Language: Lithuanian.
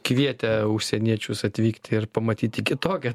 kvietė užsieniečius atvykti ir pamatyti kitokią